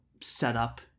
setup